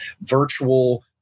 virtual